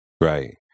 Right